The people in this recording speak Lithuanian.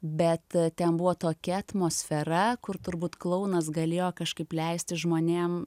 bet ten buvo tokia atmosfera kur turbūt klounas galėjo kažkaip leisti žmonėm